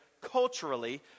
culturally